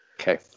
Okay